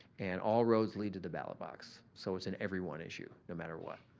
and all roads lead to the ballot box. so, it's an everyone issue, no matter what.